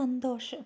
സന്തോഷം